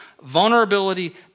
vulnerability